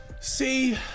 see